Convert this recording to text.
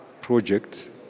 project